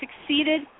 succeeded